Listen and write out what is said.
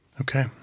Okay